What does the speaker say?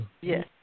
yes